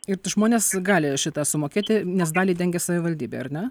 ir žmonės gali šitą sumokėti nes dalį dengia savivaldybė ar ne